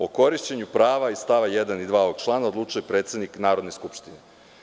O korišćenju prava iz st. 1. i 2. ovog člana odlučuje predsednik Narodne skupštine.